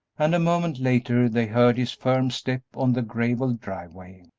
and a moment later they heard his firm step on the gravelled driveway.